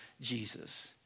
Jesus